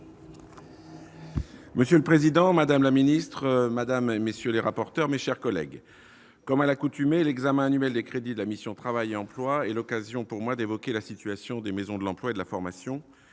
Monsieur le président, madame la ministre, mes chers collègues, comme à l'accoutumée, l'examen annuel des crédits de la mission « Travail et emploi » est l'occasion pour moi d'évoquer la situation des maisons de l'emploi et de la formation.